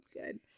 good